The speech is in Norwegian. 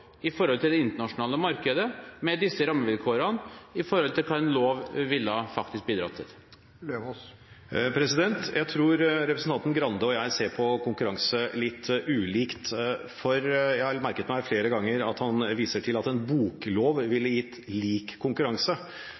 i forhold til det internasjonale markedet, i forhold til hva en lov ville bidratt til? Jeg tror representanten Grande og jeg ser på konkurranse litt ulikt. Jeg har merket meg – flere ganger – at han viser til at en boklov ville gitt lik konkurranse.